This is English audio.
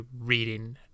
reading